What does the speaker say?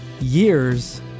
years